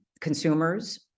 consumers